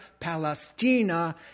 Palestina